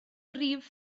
rif